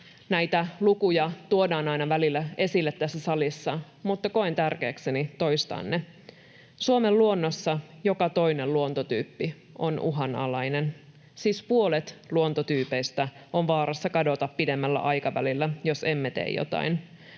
Näitä lukuja tuodaan aina välillä esille tässä salissa, mutta koen tärkeäksi toistaa ne. Suomen luonnossa joka toinen luontotyyppi on uhanalainen, siis puolet luontotyypeistä on vaarassa kadota pidemmällä aikavälillä, jos emme tee jotain.